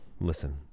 listen